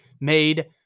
made